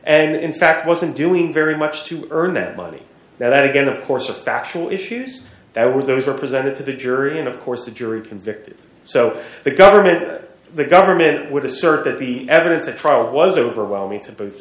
and in fact wasn't doing very much to earn that money now that again of course a factual issues that was those were presented to the jury and of course the jury convicted so the government or the government would assert that the evidence at trial was overwhelming to bo